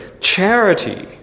charity